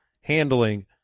handling